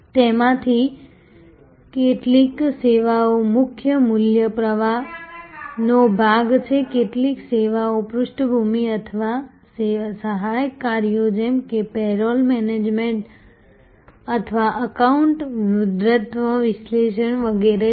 તેમાંથી કેટલીક સેવાઓ મુખ્ય મૂલ્ય પ્રવાહનો ભાગ છે કેટલીક સેવાઓ પૃષ્ઠભૂમિ અથવા સહાયક કાર્યો જેમ કે પેરોલ મેનેજમેન્ટ અથવા એકાઉન્ટ વૃદ્ધત્વ વિશ્લેષણ વગેરે છે